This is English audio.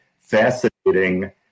fascinating